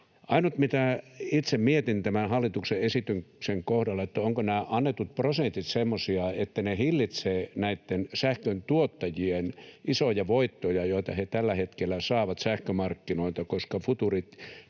Ainut, mitä itse mietin tämän hallituksen esityksen kohdalla, on se, ovatko nämä annetut prosentit semmoisia, että ne hillitsevät näiden sähköntuottajien isoja voittoja, joita he tällä hetkellä saavat sähkömarkkinoilta. Koska futuurit,